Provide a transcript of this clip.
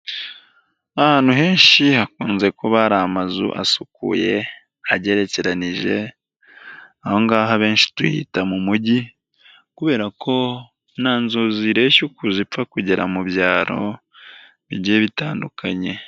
Ahantu henshi hakunze kuba hari amazu asukuye agerekeranije, aho ngaho abenshi tuhita mu mujyi kubera ko nta nzu zireshya uku zipfa kugera mu byaro bigiye bitandukanye.